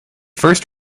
first